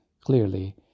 clearly